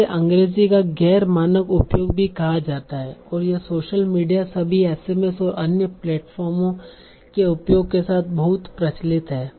इसे अंग्रेजी का गैर मानक उपयोग भी कहा जाता है और यह सोशल मीडिया सभी एसएमएस और अन्य प्लेटफार्मों के उपयोग के साथ बहुत प्रचलित है